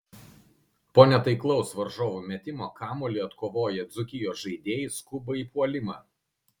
po netaiklaus varžovų metimo kamuolį atkovoję dzūkijos žaidėjai skuba į puolimą